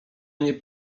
nie